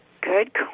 good